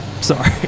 sorry